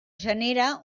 genera